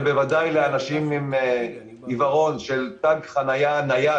ובוודאי לאנשים עם עיוורון של תג חניה נייד,